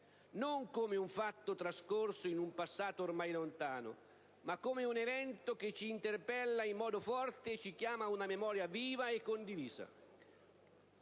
non come un fatto trascorso in un passato ormai lontano, ma come un evento che ci interpella in modo forte e ci chiama a una memoria viva e condivisa.